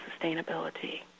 sustainability